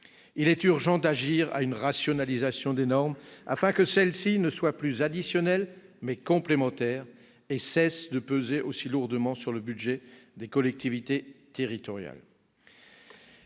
Il est urgent de procéder à une rationalisation des normes, afin que celles-ci soient non plus additionnelles mais complémentaires et cessent de peser aussi lourdement sur le budget des collectivités territoriales.